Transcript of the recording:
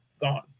gone